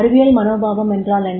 அறிவியல் மனோபாவம் என்றால் என்ன